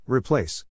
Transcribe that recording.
Replace